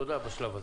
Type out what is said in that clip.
תודה בשלב הזה.